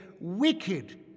wicked